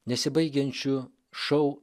nesibaigiančių šou